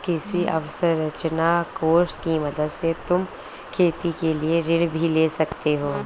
कृषि अवसरंचना कोष की मदद से तुम खेती के लिए ऋण भी ले सकती हो